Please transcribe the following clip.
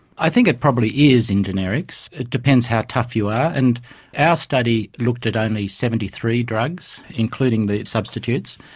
i think it probably is in generics, it depends how tough you are, and our study looked at only seventy three drugs, including the substitutes,